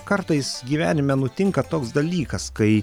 kartais gyvenime nutinka toks dalykas kai